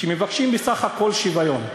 שמבקשים בסך הכול שוויון.